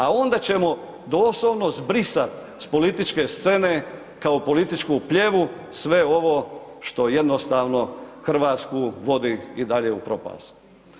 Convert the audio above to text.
A onda ćemo doslovno zbrisati s političke scene, kao političku plijevu, s e ovo što jednostavno Hrvatsku vodi i dalje u propast.